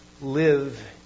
Live